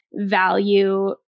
value